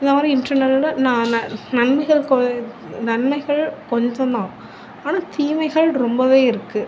இந்தமாதிரி இன்டர்நெட்டில் ந ந நன்மைகள் கொ நன்மைகள் கொஞ்சம்தான் ஆனால் தீமைகள் ரொம்பவே இருக்கு